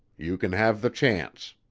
you can have the chance.